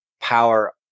power